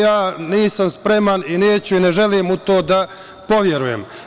Ja nisam spreman i neću i ne želim u to da poverujem.